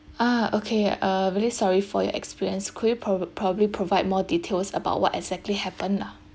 ah okay uh really sorry for your experience could you prob~ probably provide more details about what exactly happen lah